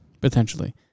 Potentially